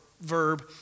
verb